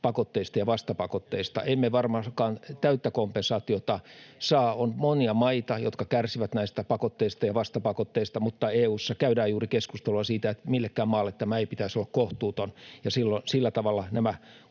ryhmästä: Emme saa!] Emme varmaankaan täyttä kompensaatiota saa. On monia maita, jotka kärsivät näistä pakotteista ja vastapakotteista, mutta EU:ssa käydään juuri keskustelua siitä, että millekään maalle tämän ei pitäisi olla kohtuutonta, ja sillä tavalla nämä